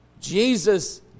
Jesus